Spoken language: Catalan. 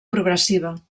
progressiva